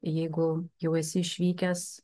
jeigu jau esi išvykęs